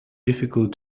difficult